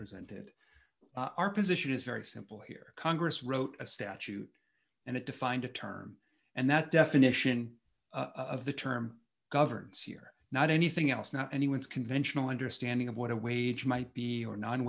presented our position is very simple here congress wrote a statute and it defined a term and that definition of the term governs here not anything else not anyone's conventional understanding of what a wage might be or non